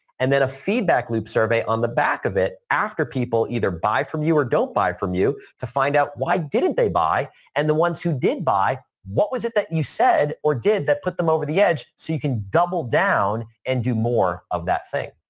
and then a feedback loop survey on the back of it after people either buy from you or don't buy from you to find out why didn't they buy and the ones who did buy, what was it that you said or did that put them over the edge so you can double down and do more of that thing.